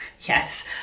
yes